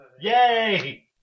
Yay